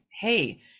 hey